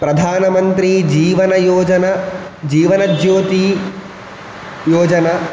प्रधानमन्त्रीजीवनयोजना जीवनज्योतियोजना